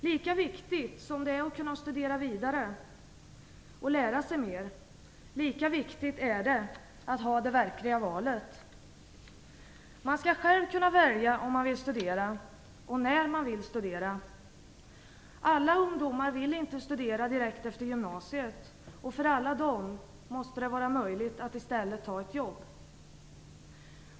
Lika viktigt som det är att kunna studera vidare och lära sig mer, lika viktigt är det att ha det verkliga valet. Man skall själv kunna välja om man vill studera och när man vill studera. Alla ungdomar vill inte studera direkt efter gymnasiet, och för alla dem måste det vara möjligt att i stället ta ett jobb.